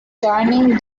turning